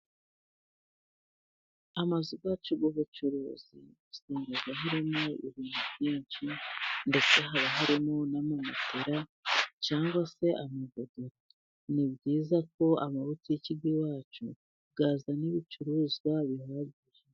Amazu yacu y'ubucuruzi usanga hirarimo ibintu byinshi ndetse haba harimo n'amatera cyangwa se amadodoma ni byiza ko amabotike y'iwacu yazana ibicuruzwa bihabwa.